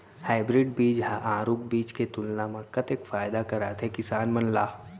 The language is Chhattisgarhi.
हाइब्रिड बीज हा आरूग बीज के तुलना मा कतेक फायदा कराथे किसान मन ला?